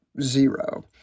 zero